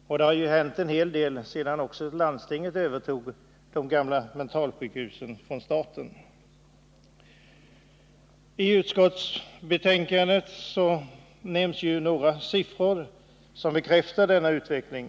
Men det har hänt en hel del sedan landstingen övertog de gamla mentalsjukhusen från staten. I utskottsbetänkandet nämns några siffror, som bekräftar denna utveckling.